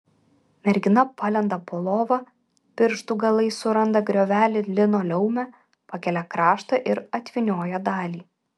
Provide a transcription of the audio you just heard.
mergina palenda po lova pirštų galais suranda griovelį linoleume pakelia kraštą ir atvynioja dalį